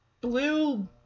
blue